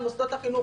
על מוסדות החינוך